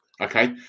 okay